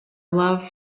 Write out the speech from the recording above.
love